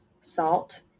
salt